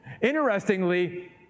Interestingly